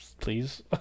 Please